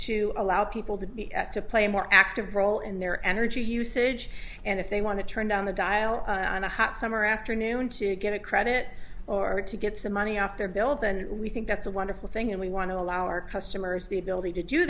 to allow people to be to play a more active role in their energy usage and if they want to turn down the dial on a hot summer afternoon to get a credit or to get some money off their bill then we think that's a wonderful thing and we want to allow our customers the ability to do